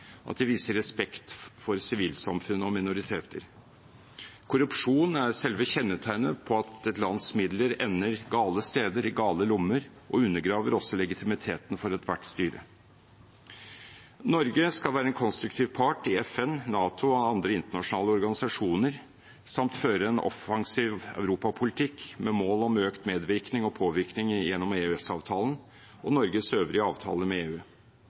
at de viser respekt for sivilsamfunn og minoriteter. Korrupsjon er selve kjennetegnet på at et lands midler ender gale steder, i gale lommer, og det undergraver også legitimiteten for ethvert styre. Norge skal være en konstruktiv part i FN, NATO og andre internasjonale organisasjoner samt føre en offensiv Europa-politikk med mål om økt medvirkning og påvirkning gjennom EØS-avtalen og Norges øvrige avtaler med EU.